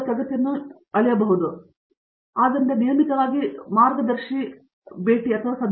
Satyanarayana N Gummadi ಆದ್ದರಿಂದ ನಿಯಮಿತವಾಗಿ ಅಥವಾ ಮಾರ್ಗದರ್ಶಿ ಸಭೆ